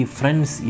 friends